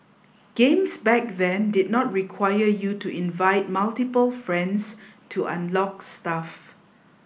games back then did not require you to invite multiple friends to unlock stuff